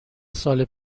سال